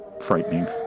frightening